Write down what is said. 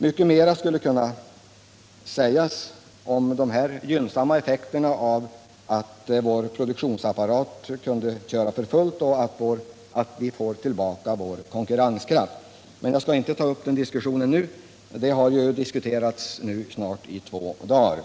Mycket mera skulle kunna sägas om de gynnsamma effekterna av att vår produktionsapparat kunde köra för fullt och att vi fick tillbaka vår konkurrenskraft. Men jag skall inte ta upp den diskussionen nu -= Nr 44 saken har ju diskuterats i snart två dagar.